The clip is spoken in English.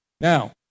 Now